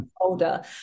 older